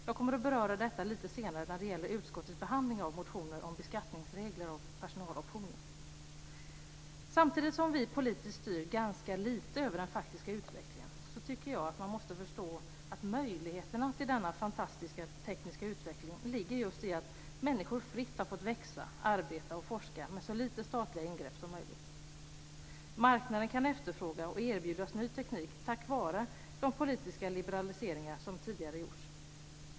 Jag kommer att beröra detta lite senare i samband med utskottets behandling av motioner om beskattningsregler för personaloptioner. Samtidigt som vi politiskt styr ganska lite över den faktiska utvecklingen, tycker jag att man måste förstå att möjligheterna till denna fantastiska tekniska utveckling ligger just i att människor fritt har fått växa, arbeta och forska med så lite statliga ingrepp som möjligt. Marknaden kan efterfråga och erbjudas ny teknik, tack vare de politiska liberaliseringar som tidigare gjorts.